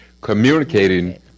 communicating